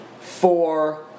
four –